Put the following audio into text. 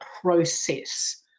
process